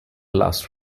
last